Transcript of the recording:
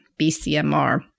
BCMR